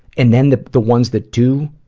and then, the the one's that do,